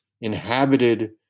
inhabited